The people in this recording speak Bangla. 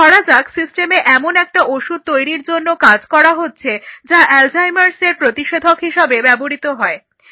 ধরা যাক সিস্টেমে এমন একটা ওষুধ তৈরির জন্য কাজ করা হচ্ছে যা অ্যালজাইমার্সের Alzheimer's প্রতিষেধক হিসাবে ব্যবহৃত হবে